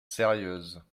sérieuses